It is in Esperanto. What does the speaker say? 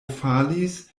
falis